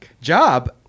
job